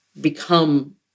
become